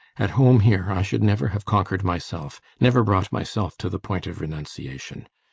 at home here, i should never have conquered myself, never brought myself to the point of renunciation.